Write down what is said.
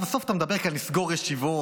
בסוף אתה מדבר כאן על לסגור ישיבות,